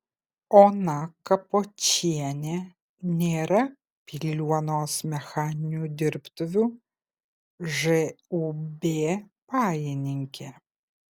ona kapočienė nėra piliuonos mechaninių dirbtuvių žūb pajininkė